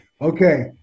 okay